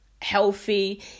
healthy